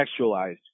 contextualized